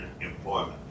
employment